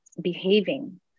behaving